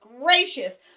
gracious